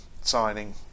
signing